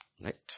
Right